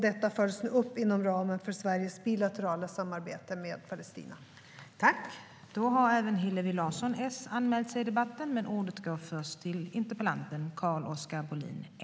Detta följs nu upp inom ramen för Sveriges bilaterala samarbete med Palestina.